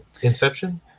Inception